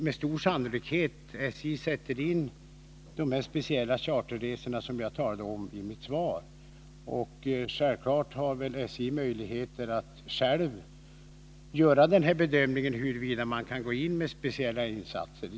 Med stor sannolikhet kommer SJ att sätta in de speciella chartertåg som jag nämnde i mitt svar, och på SJ torde man också själv kunna bedöma huruvida man kan gå in med speciella insatser.